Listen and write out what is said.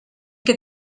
que